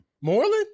Moreland